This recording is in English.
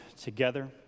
together